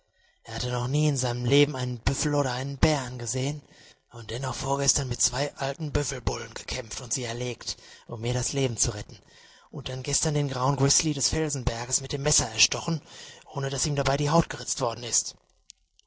er hatte noch nie in seinem leben einen büffel oder einen bären gesehen und dennoch vorgestern mit zwei alten büffelbullen gekämpft und sie erlegt um mir das leben zu retten und dann gestern den grauen grizzly des felsengebirges mit dem messer erstochen ohne daß ihm dabei die haut geritzt worden ist